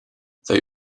they